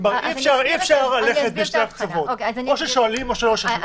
אי אפשר ללכת בשני הקצוות: או ששואלים או שלא שואלים.